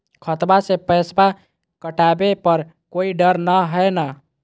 खतबा से पैसबा कटाबे पर कोइ डर नय हय ना?